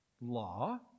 law